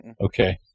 Okay